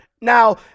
Now